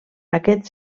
aquest